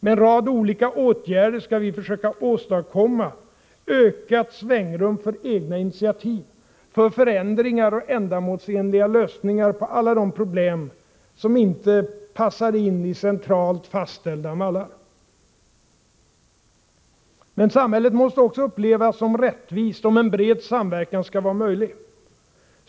Med en rad olika åtgärder skall vi försöka åstadkomma ökat svängrum för egna initiativ, för förändringar och ändamålsenliga lösningar på alla de problem som inte passar in i centralt fastställda mallar. Men samhället måste också upplevas som rättvist om en bred samverkan skall vara möjlig.